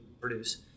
produce